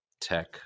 tech